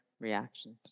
reactions